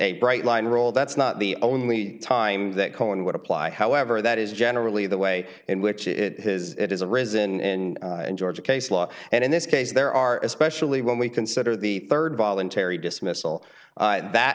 a bright line rule that's not the only time that colin would apply however that is generally the way in which it is it is a resin in georgia case law and in this case there are especially when we consider the rd voluntary dismissal that